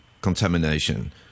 contamination